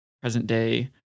present-day